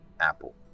Apple